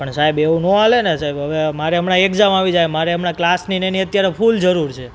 પણ સાહેબ એવું ન ચાલેને સાહેબ હવે મારે હમણાં એક્ઝામ આવી જશે મારે ક્લાસ એની અત્યારે ફૂલ જરૂર છે